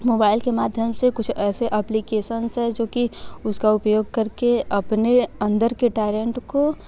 वो अपने मोबाईल के माध्यम से कुछ ऐसे एप्लीकेशनस जो कि उसका उपयोग करके अपने अंदर के टैलेंट को